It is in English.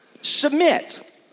submit